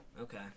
Okay